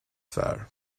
fearr